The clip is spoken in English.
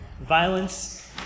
violence